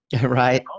right